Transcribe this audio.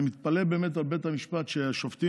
אני באמת מתפלא על בית המשפט, שהשופטים,